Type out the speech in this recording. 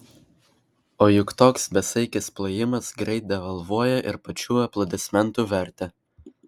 o juk toks besaikis plojimas greit devalvuoja ir pačių aplodismentų vertę